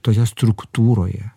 toje struktūroje